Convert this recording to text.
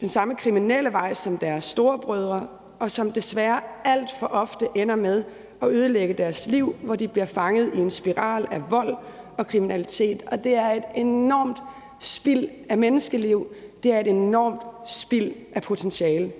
den samme kriminelle vej som deres storebrødre, og som desværre alt for ofte ender med at ødelægge deres liv, hvor de bliver fanget i en spiral af vold og kriminalitet. Det er et enormt spild af menneskeliv, det er et enormt spild af potentiale.